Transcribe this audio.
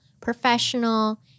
professional